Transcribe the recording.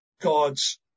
God's